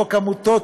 חוק העמותות,